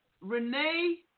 Renee